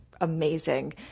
amazing